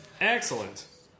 Excellent